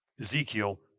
Ezekiel